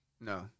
No